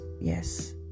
yes